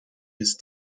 ist